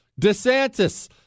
DeSantis